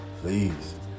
please